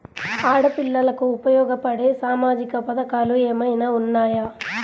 ఆడపిల్లలకు ఉపయోగపడే సామాజిక పథకాలు ఏమైనా ఉన్నాయా?